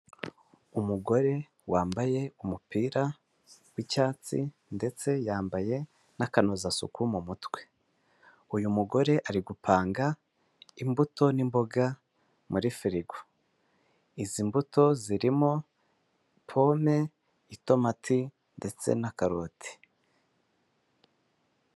Umugore yambaye umupira w'icyatsi ndetse yambaye n'akanozasuku mu mutwe, uyu mugore ari gupamga imbuto n'imboga muri firigo. Izi mbuto zirimo pome, itomati, ndetse na karoti.